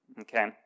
okay